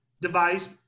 device